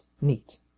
neat